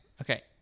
Okay